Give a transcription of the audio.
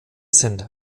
sind